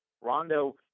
Rondo